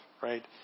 right